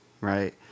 right